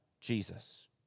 Jesus